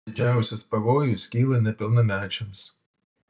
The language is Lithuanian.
didžiausias pavojus kyla nepilnamečiams